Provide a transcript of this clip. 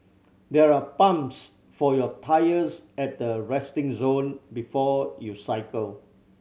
there are pumps for your tyres at the resting zone before you cycle